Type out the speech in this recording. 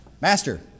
Master